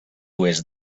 oest